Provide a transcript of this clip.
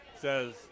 says